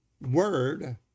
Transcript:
word